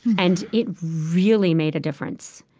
and it really made a difference.